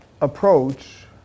approach